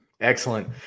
excellent